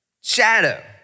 Shadow